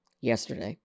yesterday